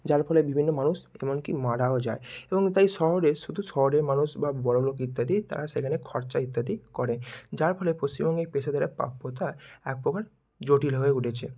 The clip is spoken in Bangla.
যার ফলে বিভিন্ন মানুষ এমনকি মারাও যায় এবং তাই শহরে শুধু শহরের মানুষ বা বড়লোক ইত্যাদি তারা সেখানে খরচা ইত্যাদি করে যার ফলে পশ্চিমবঙ্গে এই পেশাদারের প্রাপ্যতা এক প্রকার জটিল হয়ে উঠেছে